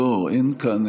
אין כאן,